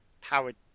powered